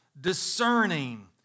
discerning